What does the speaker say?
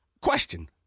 question